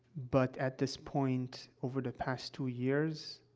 but at this point, over the past two years,